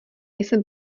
jsem